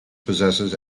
possesses